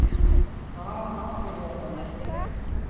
हाँ हाँ हो जाएगा